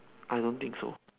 I don't think so